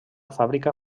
fàbrica